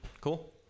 cool